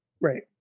Right